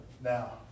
Now